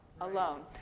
alone